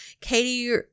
Katie